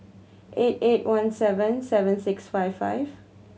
eight eight one seven seven six five five